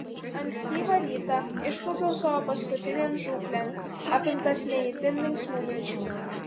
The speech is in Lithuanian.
ankstyvą rytą išplaukiau savo paskutinėn žūklėn apimtas ne itin linksmų minčių